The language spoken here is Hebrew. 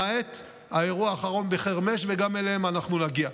למעט האירוע האחרון בחרמש, וגם אליהם אנחנו נגיע.